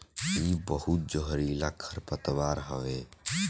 इ बहुते जहरीला खरपतवार हवे